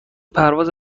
پرواز